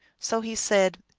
so he said,